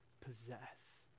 possess